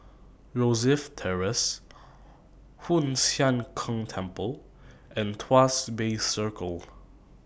Rosyth Terrace Hoon Sian Keng Temple and Tuas Bay Circle